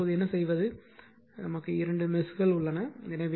எனவே இப்போது என்ன செய்வது 2 மெஸ்கள் உள்ளன